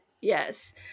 Yes